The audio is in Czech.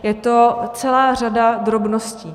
Je to celá řada drobností.